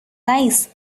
nice